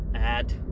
add